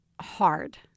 hard